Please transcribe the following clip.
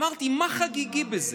אמרתי: מה חגיגי בזה?